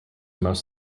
most